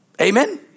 Amen